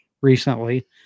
recently